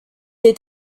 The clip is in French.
est